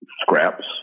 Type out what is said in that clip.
scraps